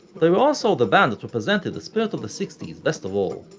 they were also the band that represented the spirit of the sixties best of all.